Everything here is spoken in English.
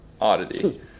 oddity